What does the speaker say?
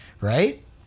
right